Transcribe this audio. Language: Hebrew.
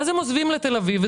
ואז הם עוזבים לתל אביב.